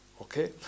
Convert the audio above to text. okay